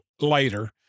later